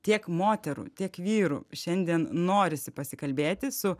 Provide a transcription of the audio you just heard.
tiek moterų tiek vyrų šiandien norisi pasikalbėti su